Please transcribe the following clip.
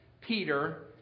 Peter